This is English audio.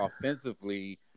offensively